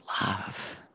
love